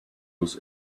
was